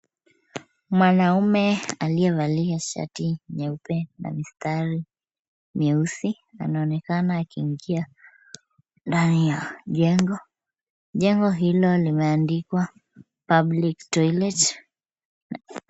Mwanaume aliyevalia shati nyeupe na mistari mieusi anaonekana akiingia ndani ya jengo. Jengo hilo limeandikwa public toilet .